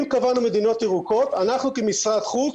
אם קבענו מדינות ירוקות אנחנו כמשרד חוץ